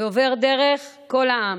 עובר דרך כל העם.